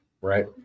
right